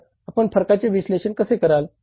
तर आपण फरकाचे विश्लेषण कसे कराल